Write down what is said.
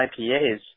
IPAs